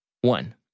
One